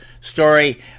story